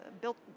built